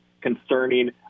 concerning